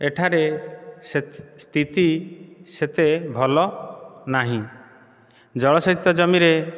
ଏଠାରେ ସ୍ଥିତି ସେତେ ଭଲ ନାହିଁ ଜଳସେଚିତ ଜମିରେ